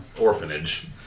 orphanage